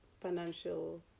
financial